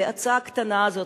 בהצעה הקטנה הזאת,